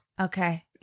okay